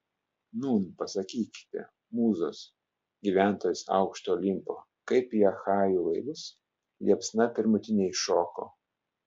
nūn pasakykite mūzos gyventojos aukšto olimpo kaip į achajų laivus liepsna pirmutinė įšoko